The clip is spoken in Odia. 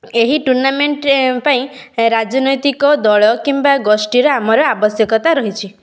ଏହି ଟୁର୍ନାମେଣ୍ଟ ପାଇଁ ରାଜନୈତିକ ଦଳ କିମ୍ବା ଗୋଷ୍ଠି ର ଆମର ଆବଶ୍ୟକତା ରହିଛି